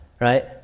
right